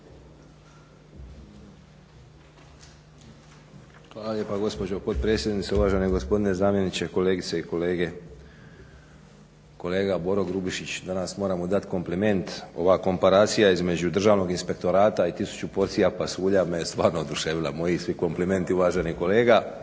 Hvala lijepo gospođo potpredsjednice. Uvaženi gospodine zamjeniče, kolegice i kolege. Kolega Boro Grubišić danas moram mu dati kompliment, ova komparacija između Državnog inspektorata i tisuću porcija pasulja me je stvarno oduševila. Moji svi komplimenti uvaženi kolega.